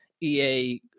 EA